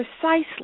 precisely